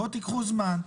בואו תקחו זמן,